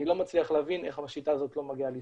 אני לא מצליח להבין איך השיטה הזאת לא מגיעה לישראל.